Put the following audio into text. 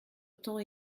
temps